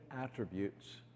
attributes